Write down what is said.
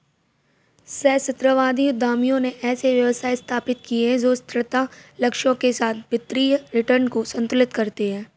सहस्राब्दी उद्यमियों ने ऐसे व्यवसाय स्थापित किए जो स्थिरता लक्ष्यों के साथ वित्तीय रिटर्न को संतुलित करते हैं